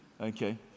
okay